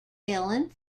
ellen